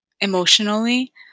emotionally